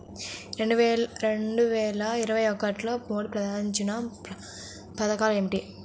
రెండు వేల ఇరవై ఒకటిలో మోడీ ప్రభుత్వం ప్రారంభించిన పథకాలు ఏమిటీ?